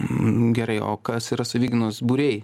gerai o kas yra savigynos būriai